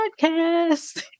podcast